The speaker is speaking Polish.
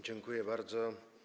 Dziękuję bardzo.